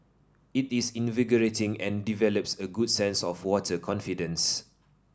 it is invigorating and develops a good sense of water confidence